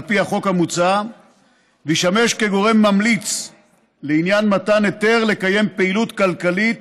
פי החוק המוצע וישמש גורם ממליץ לעניין מתן היתר לקיים פעילות כלכלית